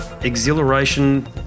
exhilaration